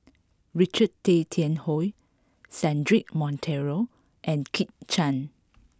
Richard Tay Tian Hoe Cedric Monteiro and Kit Chan